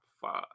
five